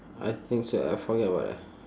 I think so I forget what